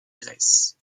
grèce